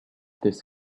this